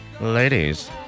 ladies